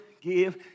give